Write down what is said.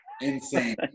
insane